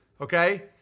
Okay